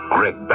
Greg